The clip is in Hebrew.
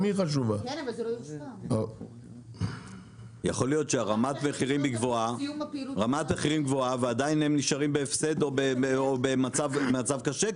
יכול להיות שרמת המחירים גבוהה ועדיין הם נשארים בהפסד או במצב קשה.